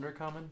undercommon